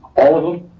all of them.